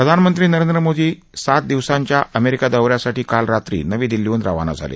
प्रधानमंत्री नरेंद्र मोदी सात दिवसांच्या अमेरिका दौ यासाठी काल रात्री नवी दिल्लीहन रवाना झाले